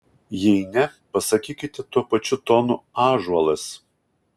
jei ne pasakykite tuo pačiu tonu ąžuolas